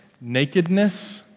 nakedness